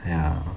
ya